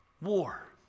war